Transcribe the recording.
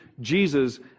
Jesus